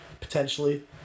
potentially